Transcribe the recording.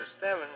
Seven